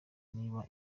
niba